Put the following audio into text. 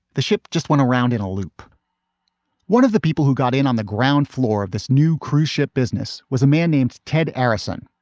the ship just went around in a loop one of the people who got in on the ground floor of this new cruise ship business was a man named ted arison,